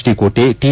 D Kote T